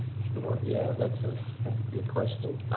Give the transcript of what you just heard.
sure, yeah, that's a good question.